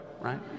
right